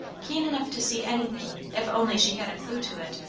keen enough to see anything if only she had a clue to it,